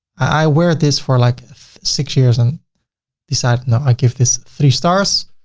i wear this for like six years and decide, no, i give this three stars.